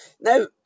Now